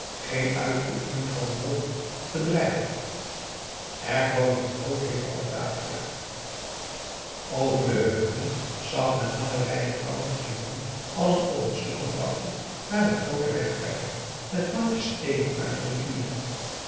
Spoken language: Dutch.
geen uitoefening van beroep of bedrijf er kwam een groot heer van batavia over de heuvelen zag men lange rijen vrouwen en kinderen allen op een sukkeldrafje naar den grooten weg trekken met mandjes steenen uit de rivier